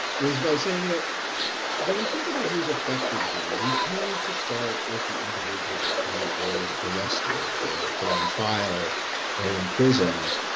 is by saying that when we think about who's affected here, we tend to start with the individual who is arrested or put on trial or imprisoned.